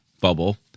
bubble